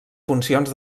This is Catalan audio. funcions